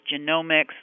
genomics